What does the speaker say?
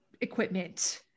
equipment